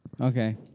Okay